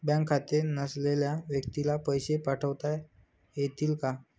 Bank खाते नसलेल्या व्यक्तीला पैसे पाठवता येतील का?